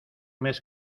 mes